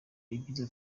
ibyiza